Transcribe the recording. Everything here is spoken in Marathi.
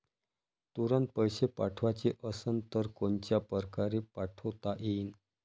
तुरंत पैसे पाठवाचे असन तर कोनच्या परकारे पाठोता येईन?